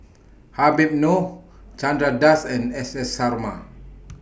Habib Noh Chandra Das and S S Sarma